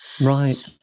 Right